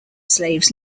slaves